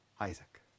Isaac